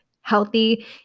healthy